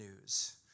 news